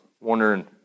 wondering